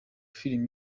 film